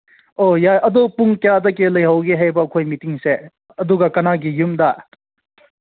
ꯑꯣ ꯌꯥꯏ ꯑꯗꯨ ꯄꯨꯡ ꯀꯌꯥꯗꯒꯤ ꯂꯩꯍꯧꯒꯦ ꯍꯥꯏꯕ ꯑꯩꯈꯣꯏ ꯃꯤꯠꯇꯤꯡꯁꯦ ꯑꯗꯨꯒ ꯀꯅꯥꯒꯤ ꯌꯨꯝꯗ